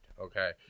Okay